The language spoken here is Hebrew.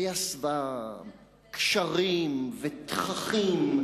היה שבע קשרים ותככים,